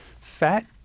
Fat